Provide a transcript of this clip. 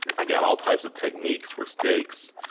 i got all types of techniques for steaks,